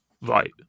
right